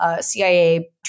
CIA